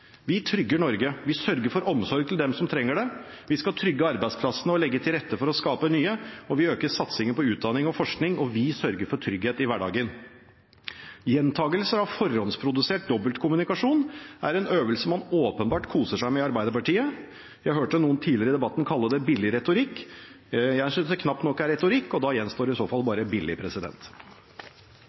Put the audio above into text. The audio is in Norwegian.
Vi trygger Norge. Vi sørger for omsorg til dem som trenger det. Vi skal trygge arbeidsplassene og legge til rette for å skape nye, vi øker satsingen på utdanning og forskning, og vi sørger for trygghet i hverdagen. Gjentagelser av forhåndsprodusert dobbeltkommunikasjon er en øvelse man åpenbart koser seg med i Arbeiderpartiet. Jeg hørte noen tidligere i debatten kalte det billig retorikk. Jeg synes det knapt nok er retorikk. Da gjenstår i så fall bare billig.